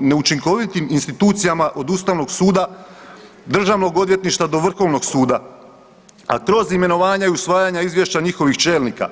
neučinkovitim institucijama od Ustavnog suda, državnog odvjetništava do Vrhovnog suda, a kroz imenovanja i usvajanja izvješća njihovih čelnika.